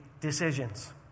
decisions